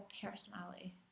personality